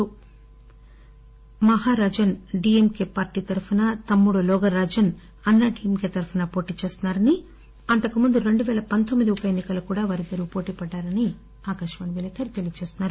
అన్న మహారాజన్ డిఎంకె పార్టీ తరపున తమ్ముడు లోగా రాజన్ అన్నాడీఎంకే తరఫున పోటీచేస్తున్నారని అంతకుముందు రెండుపేల పంతొమ్మిది ఉపఎన్ని కల్లో కూడా వారిద్దరూ పోటీ పడ్డారని తెలున్తోంది